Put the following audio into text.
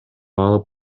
алып